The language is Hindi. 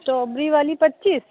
स्ट्रॉबेरी वाली पच्चीस